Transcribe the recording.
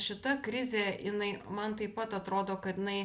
šita krizė jinai man taip pat atrodo kad jinai